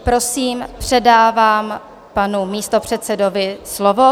Prosím, předávám panu místopředsedovi slovo.